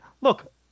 look